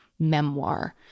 memoir